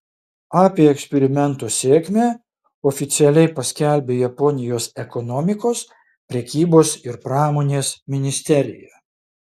apie eksperimento sėkmę oficialiai paskelbė japonijos ekonomikos prekybos ir pramonės ministerija